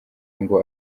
ngo